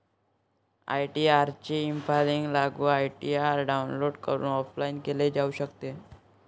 ITR चे e filing लागू ITR download करून ऑफलाइन केले जाऊ शकते